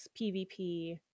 PVP